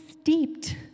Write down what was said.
steeped